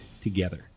together